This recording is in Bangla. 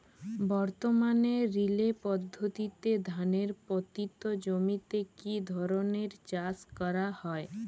বর্তমানে রিলে পদ্ধতিতে ধানের পতিত জমিতে কী ধরনের চাষ করা হয়?